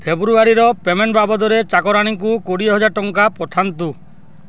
ଫେବୃଆରୀର payment ବାବଦରେ ଚାକରାଣୀଙ୍କୁ କୋଡ଼ିଏ ହଜାରେ ଟଙ୍କା ପଠାନ୍ତୁ